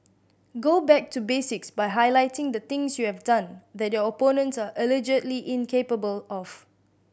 go back to basics by highlighting the things you have done that your opponents are allegedly incapable of